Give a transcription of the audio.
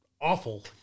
awful